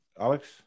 Alex